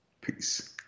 Peace